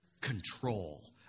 control